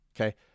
Okay